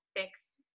fix